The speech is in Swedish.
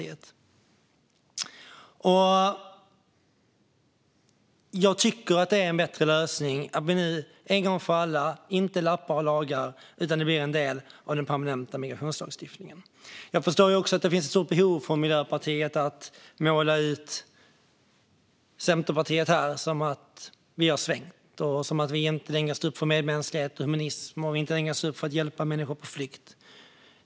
Jag tycker att det är en bättre lösning att vi nu en gång för alla inte lappar och lagar utan att det blir en del av den permanenta migrationslagstiftningen. Jag förstår att det finns ett stort behov från Miljöpartiet att måla ut Centerpartiet här som att vi har svängt och inte längre står upp för medmänsklighet, humanitet och att hjälpa människor på flykt.